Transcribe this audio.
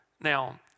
Now